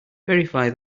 verify